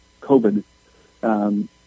COVID